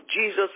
Jesus